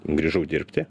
grįžau dirbti